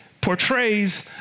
portrays